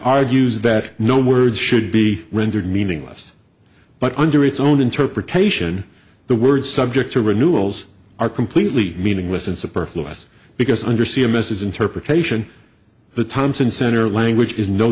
argues that no words should be rendered meaningless but under its own interpretation the word subject to renewals are completely meaningless and superfluous because under c m s is interpretation the thompson center language is no